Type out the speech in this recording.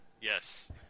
Yes